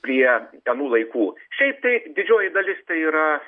prie anų laikų šaip tai didžioji dalis tai yra